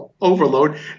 overload